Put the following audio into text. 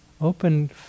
open